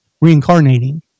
reincarnating